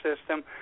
system